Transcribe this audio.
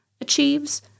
achieves